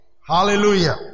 Hallelujah